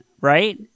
right